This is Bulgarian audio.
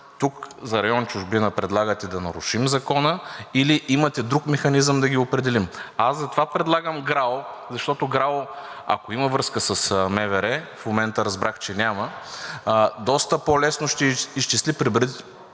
тук за район „Чужбина“ предлагате да нарушим Закона или имате друг механизъм да ги определим. Аз затова предлагам ГРАО, защото ГРАО, ако има връзка с МВР, в момента разбрах, че няма, доста по-лесно ще изчисли приблизителния